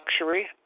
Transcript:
luxury